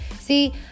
See